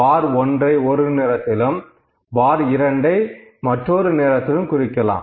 பார் 1ஐ ஒரு நிறத்திலும் பார் 2ஐ ஒரு நிறத்திலும் குறிக்கலாம்